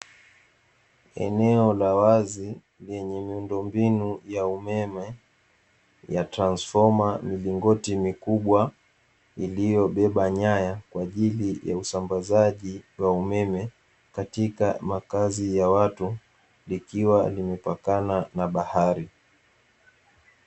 Eneo la wazi yenye miundombinu ya umeme ya transifoma milingoti mikubwa iliyobeba beba nyaya kwa ajili ya usambazaji wa umeme katika makzi ya watu ikiwa limepakana na bahari.